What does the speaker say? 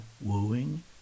wooing